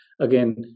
again